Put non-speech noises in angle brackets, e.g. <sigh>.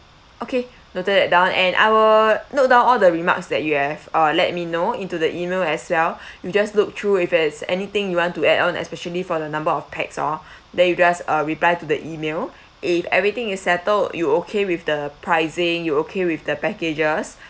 okay noted that down and I will note down all the remarks that you have uh let me know into the email as well <breath> you just look through if there's anything you want to add on especially for the number of pax orh <breath> then you just uh reply to the email <breath> if everything is settled you okay with the pricing you're okay with the packages <breath>